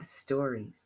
stories